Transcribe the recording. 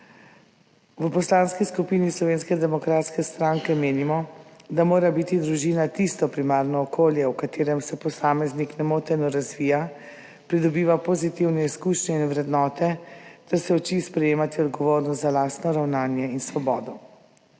V Poslanski skupini Slovenske demokratske stranke menimo, da mora biti družina tisto primarno okolje, v katerem se posameznik nemoteno razvija, pridobiva pozitivne izkušnje in vrednote ter se uči sprejemati odgovornost za lastno ravnanje in svobodo.S